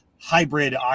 hybrid